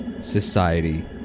society